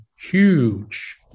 huge